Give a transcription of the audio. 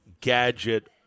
gadget